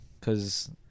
Cause